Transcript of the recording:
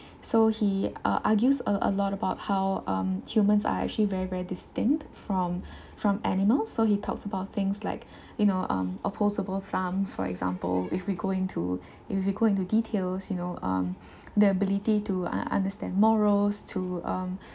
so he uh argues a a lot about how um humans are actually very very distant from from animals so he talks about things like you know um opposable thumbs for example if we go into if we go into details you know um their ability to un~ understand morals to um